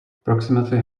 approximately